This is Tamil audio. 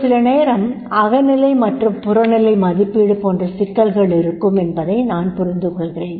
சில நேரம் அகநிலை மற்றும் புறநிலை மதிப்பீடு போன்ற சிக்கல்கள் இருக்கும் என்பதை நான் புரிந்துகொள்கிறேன்